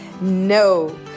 no